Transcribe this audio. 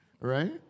right